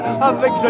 avec